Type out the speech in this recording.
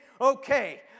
Okay